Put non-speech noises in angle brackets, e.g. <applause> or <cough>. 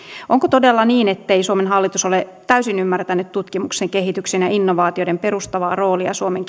onko todella niin ettei suomen hallitus ole täysin ymmärtänyt tutkimuksen kehityksen ja innovaatioiden perustavaa roolia suomen <unintelligible>